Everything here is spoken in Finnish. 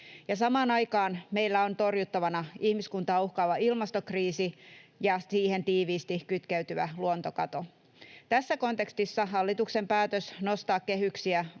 Samaan aikaan meillä on torjuttavana ihmiskuntaa uhkaava ilmastokriisi ja siihen tiiviisti kytkeytyvä luontokato. Tässä kontekstissa hallituksen päätös nostaa kehyksiä